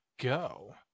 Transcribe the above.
go